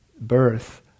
birth